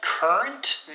Current